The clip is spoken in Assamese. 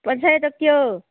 পঞ্চায়তত কিয়